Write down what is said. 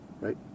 right